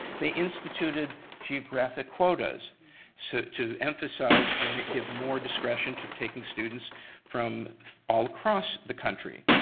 they instituted geographic quotas so to emphasize, to give more discretion to taking students from all across the country.